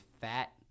fat